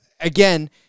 Again